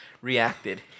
reacted